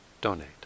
donate